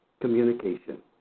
communication